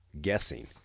guessing